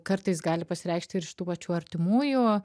kartais gali pasireikšti ir iš tų pačių artimųjų